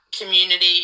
community